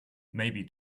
maybe